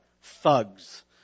thugs